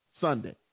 Sunday